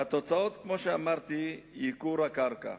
והתוצאות, כמו שאמרתי, ייקור הקרקע.